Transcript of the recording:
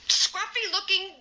scruffy-looking